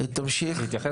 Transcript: תמשיך.